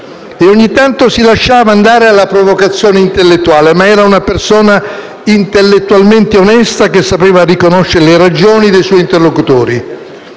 ogni tanto si lasciava andare alla provocazione intellettuale, ma era una persona intellettualmente onesta, che sapeva riconoscere le ragioni dei suoi interlocutori.